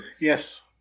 Yes